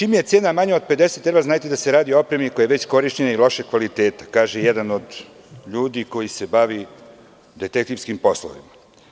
Čim je cena manja od 50 evra, znajte da se radi o opremi koja je već korišćena i koja je lošeg kvaliteta, kako kaže jedan od ljudi koji se bavi detektivskim poslovima.